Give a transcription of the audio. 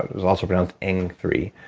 is also produced eng three,